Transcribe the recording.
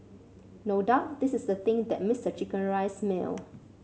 no doubt this is the thing that mass the chicken rice meal